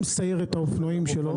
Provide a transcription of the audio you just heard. עם סיירת האופנועים שלו,